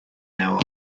hour